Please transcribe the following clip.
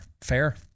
Fair